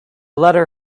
letter